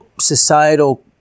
societal